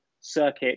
circuit